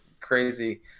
crazy